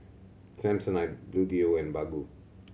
Samsonite Bluedio and Baggu